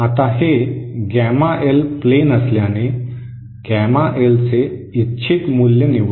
आता हे gamma L plane असल्याने गॅमा एलचे इच्छित मूल्य निवडा